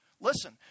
Listen